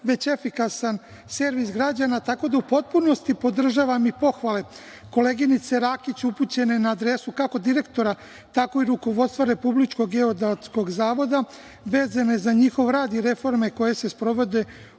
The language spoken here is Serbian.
već efikasan servis građana, tako da u potpunosti podržavam i pohvale koleginice Rakić upućene na adresu kako direktora, tako i rukovodstva RGZ vezane za njihov rad i reforme koje se sprovode unutar